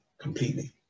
completely